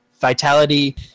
vitality